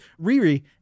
Riri